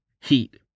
Heat